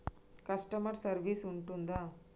Customer service ఉంటుందా?